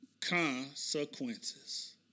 consequences